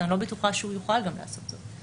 אני גם לא בטוחה שהוא יוכל לעשות את זה.